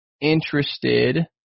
interested –